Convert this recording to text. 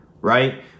right